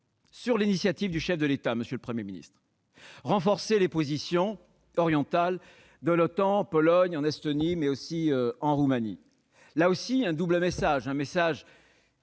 sur l'initiative du chef de l'État, monsieur le Premier ministre. En renforçant les positions orientales de l'OTAN en Pologne, en Estonie, mais aussi en Roumanie, nous envoyons à la fois un message